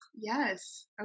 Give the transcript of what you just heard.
Yes